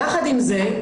יחד עם זה,